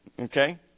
Okay